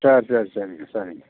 சரி சரி சரிங்க சரிங்க